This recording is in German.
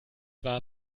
wahr